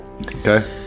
Okay